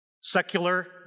Secular